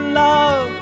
love